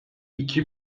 iki